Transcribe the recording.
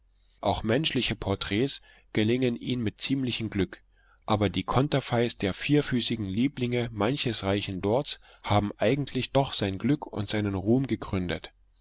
auch menschliche porträts gelingen ihm mit ziemlichem glück aber die konterfeis der vierfüßigen lieblinge manches reichen lords haben eigentlich doch sein glück und seinen ruhm gegründet